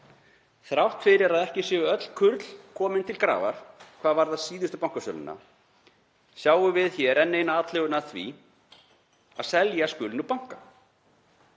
Þrátt fyrir að ekki séu öll kurl komin til grafar hvað varðar síðustu bankasöluna sjáum við hér enn eina atlögu að því að selja skuli banka.